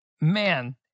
man